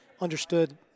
understood